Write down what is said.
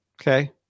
Okay